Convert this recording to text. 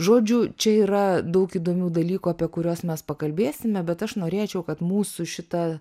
žodžiu čia yra daug įdomių dalykų apie kuriuos mes pakalbėsime bet aš norėčiau kad mūsų šita